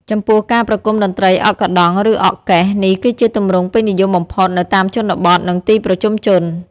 ចំពោះ ការប្រគំតន្ត្រីអកកាដង់ ឬអកកេះ នេះគឺជាទម្រង់ពេញនិយមបំផុតនៅតាមជនបទ និងទីប្រជុំជន។